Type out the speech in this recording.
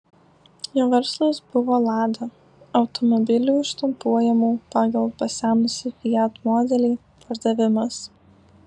jo verslas buvo lada automobilių štampuojamų pagal pasenusį fiat modelį pardavimas